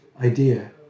idea